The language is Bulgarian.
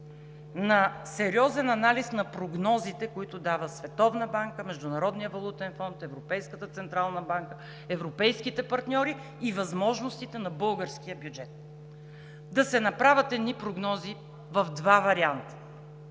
на сериозен анализ на прогнозите, които дава Световната банка, Международният валутен фонд, Европейската централна банка, европейските партньори и възможностите на българския бюджет. Да се направят едни прогнози в два варианта,